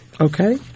Okay